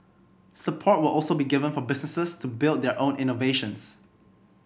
support will also be given for businesses to build their own innovations